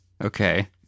Okay